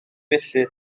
felly